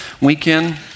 weekend